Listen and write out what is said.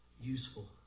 Useful